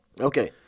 Okay